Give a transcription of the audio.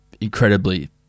incredibly